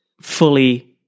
fully